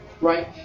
right